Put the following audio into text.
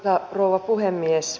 arvoisa rouva puhemies